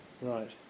Right